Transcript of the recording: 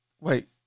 Wait